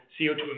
CO2